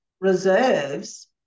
reserves